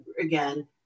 again